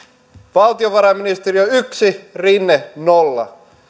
valtiovarainministeriö yksi rinne nolla